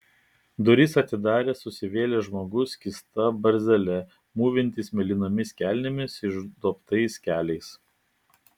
duris atidarė susivėlęs žmogus skysta barzdele mūvintis mėlynomis kelnėmis išduobtais keliais